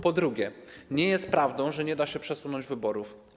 Po drugie, nie jest prawdą, że nie da się przesunąć wyborów.